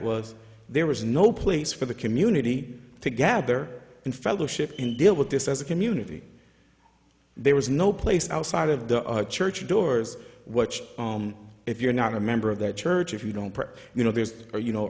was there was no place for the community to gather and fellowship in deal with this as a community there was no place outside of the church doors which if you're not a member of their church if you don't prefer you know there's a you know